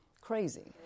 crazy